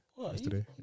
Yesterday